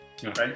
Right